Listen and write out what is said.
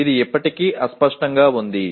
ఇది ఇప్పటికీ అస్పష్టంగా ఉంది